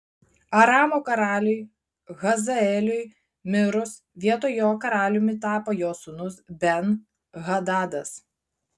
aramo karaliui hazaeliui mirus vietoj jo karaliumi tapo jo sūnus ben hadadas